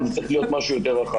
אבל זה צריך להיות משהו יותר רחב.